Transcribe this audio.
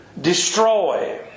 destroy